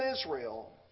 Israel